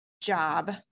job